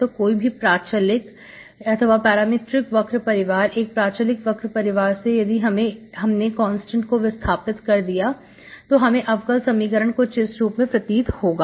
तो कोई भी प्राचलिक वक्र परिवार एक प्राचलिक वक्र परिवार से यदि हमने कांस्टेंट को विस्थापित कर दिया तो हमें अवकल समीकरण कुछ इस रूप में प्राप्त होगा